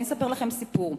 אני אספר לכם סיפור.